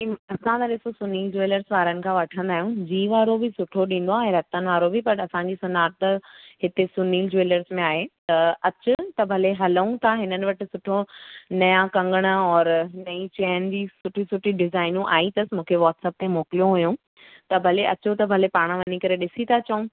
असां त ॾिसूं सुनिल ज्वैलस वारनि खां वठंदा आहियूं श्री वारो बि सुठो ॾींदो आहे ऐं रतन वारो बि बट असांजी सुञातल हिते सुनिल ज्वैलस में आहे त अचु त भले हलूं था हिननि वटि सुठो नवां कंगण और नई चैन बि सुठियूं सुठियूं डिज़ाइनियूं आईं अथसि मूंखे व्हाट्सप ते मोकिलियो हुयो उहो त भले अचो त भले पाणि वञी करे ॾिसी था अचूं